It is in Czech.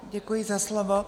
Děkuji za slovo.